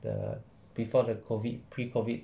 the before the COVID pre COVID